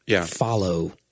follow